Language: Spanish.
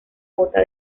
bota